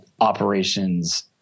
operations –